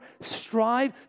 strive